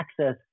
access